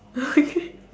don't angry